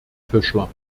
fischler